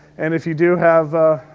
and if you do have, ah.